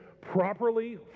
properly